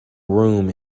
room